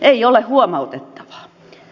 ei ole huomautettavaa